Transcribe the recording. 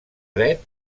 dret